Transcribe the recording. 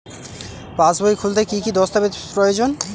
পাসবই খুলতে কি কি দস্তাবেজ প্রয়োজন?